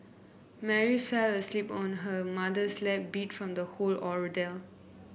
Mary fell asleep on her mother's lap beat from the whole ordeal